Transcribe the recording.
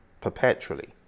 perpetually